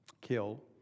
kill